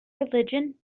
religion